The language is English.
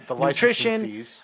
nutrition